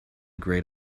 great